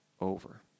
over